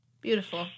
Beautiful